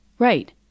Right